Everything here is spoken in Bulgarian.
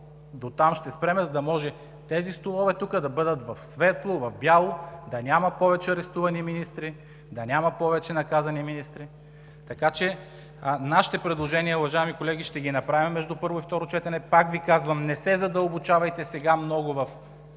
местата на Министерския съвет) тук да бъдат в светло, в бяло, да няма повече арестувани министри, да няма повече наказани министри. Нашите предложения, уважаеми колеги, ще ги направим между първо и второ четене. Пак Ви казвам: не се задълбочавайте много в